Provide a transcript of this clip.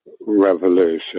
revolution